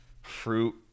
fruit